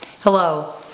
Hello